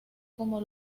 como